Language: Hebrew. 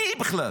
מי היא בכלל?